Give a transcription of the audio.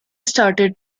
started